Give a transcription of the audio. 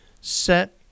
Set